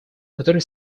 которые